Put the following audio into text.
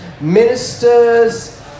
ministers